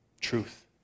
truth